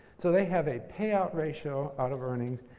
so, they have a payout ratio out of earnings.